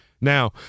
Now